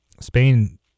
Spain